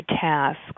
tasks